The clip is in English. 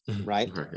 right